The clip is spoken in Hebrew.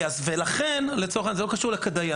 זה לא קשור לכדאי,